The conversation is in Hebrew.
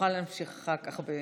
תוכל להמשיך אחר כך בנפרד.